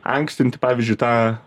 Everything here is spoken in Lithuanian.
ankstinti pavyzdžiui tą